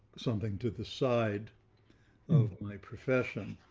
something to the side of my profession.